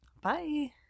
Bye